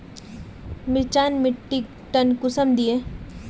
मिर्चान मिट्टीक टन कुंसम दिए?